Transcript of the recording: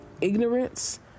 ignorance